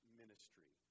ministry